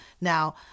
Now